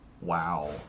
wow